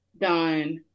done